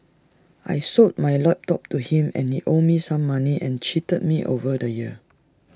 I sold my laptop to him and he owed me some money and cheated me over the year